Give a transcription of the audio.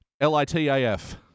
L-I-T-A-F